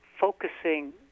focusing